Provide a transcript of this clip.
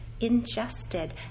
ingested